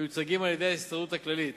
המיוצגים על-ידי ההסתדרות הכללית.